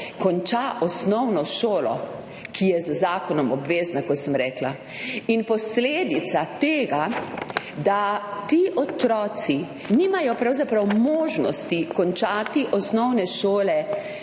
konča osnovno šolo, ki je z zakonom obvezna, kot sem rekla. Posledica tega, da ti otroci pravzaprav nimajo možnosti končati osnovne šole,